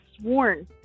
sworn